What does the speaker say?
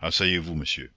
asseyez-vous monsieur